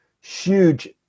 huge